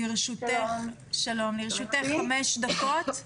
לרשותך חמש דקות.